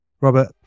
robert